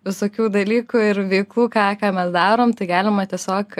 visokių dalykų ir veiklų ką mes darom tai galima tiesiog